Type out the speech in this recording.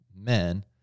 men